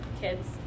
kids